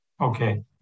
Okay